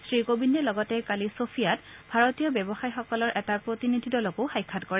শ্ৰীকোবিন্দে লগতে কালি ছ'ফিয়াত ভাৰতীয় ব্যৱসায়ীসকলৰ এটা প্ৰতিনিধিদলকো সাক্ষাৎ কৰে